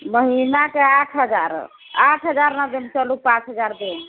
महीनाके आठ हजार आठ हजार नहि देब चलु पाँच हजार देब